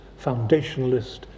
foundationalist